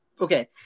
Okay